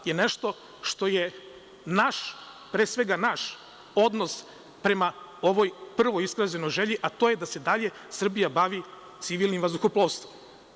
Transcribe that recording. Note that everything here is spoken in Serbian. To je nešto što je pre svega naš odnos prema ovoj prvoj iskazanoj želji, a to je da se dalje Srbija bavi civilnim vazduhoplovstvom.